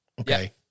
okay